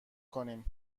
کنیم